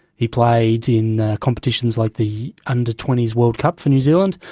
he played in competitions like the under twenty s world cup for new zealand,